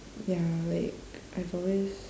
ya like I've always